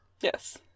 Yes